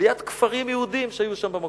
ליד כפרים יהודיים שהיו שם במקום,